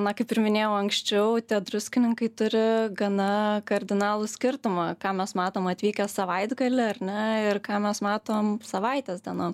na kaip ir minėjau anksčiau druskininkai turi gana kardinalų skirtumą ką mes matom atvykę savaitgalį ar ne ir ką mes matom savaitės dienom